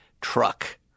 truck